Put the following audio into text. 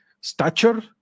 stature